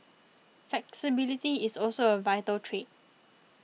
flexibility is also a vital trait